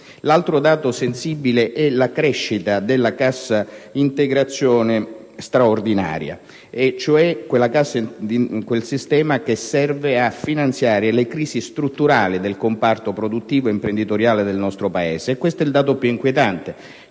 L'altro dato sensibile è la crescita della cassa integrazione straordinaria, e cioè quel sistema che serve a finanziare le crisi strutturali del comparto produttivo e imprenditoriale del nostro Paese. Questo è il dato più inquietante,